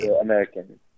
American